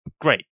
great